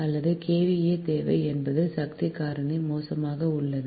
அல்லது KVA தேவை என்பது சக்தி காரணி மோசமாக உள்ளது